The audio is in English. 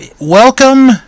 welcome